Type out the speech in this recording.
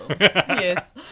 Yes